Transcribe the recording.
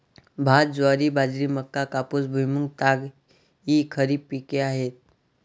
भात, ज्वारी, बाजरी, मका, कापूस, भुईमूग, ताग इ खरीप पिके आहेत